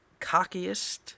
cockiest